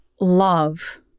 love